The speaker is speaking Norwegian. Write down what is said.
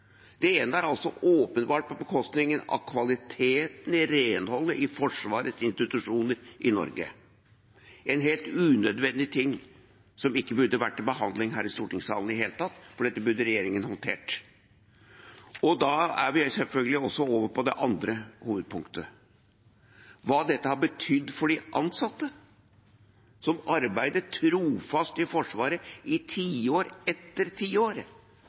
Det ene er at det åpenbart er på bekostning av kvaliteten i renholdet i Forsvarets institusjoner i Norge, en helt unødvendig ting som ikke burde vært til behandling her i stortingssalen i det hele tatt, for dette burde regjeringen håndtert. Da er vi over på det andre hovedpunktet: hva dette har betydd for de ansatte som arbeidet trofast i Forsvaret i tiår etter